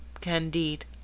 Candide